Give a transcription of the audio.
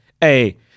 hey